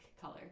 color